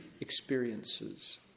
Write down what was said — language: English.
experiences